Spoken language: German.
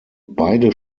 beide